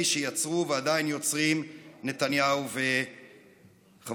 שיצרו ועדיין יוצרים נתניהו וחבורתו,